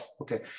Okay